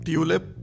Tulip